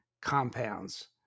compounds